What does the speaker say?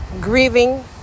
grieving